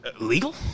legal